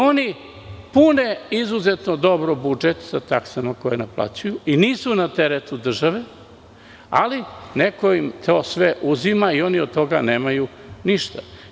Oni izuzetno dobro pune budžet od taksi koje naplaćuju i nisu na teretu države, ali neko im to sve uzima i oni od toga nemaju ništa.